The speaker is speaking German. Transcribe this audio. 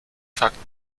fakten